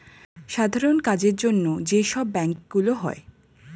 সাধারণ কাজের জন্য যে সব ব্যাংক গুলো হয়